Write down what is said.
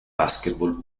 básquetbol